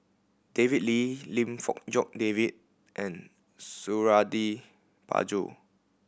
David Lee Lim Fong Jock David and Suradi Parjo